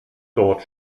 dort